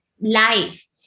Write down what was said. life